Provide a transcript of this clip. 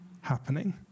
happening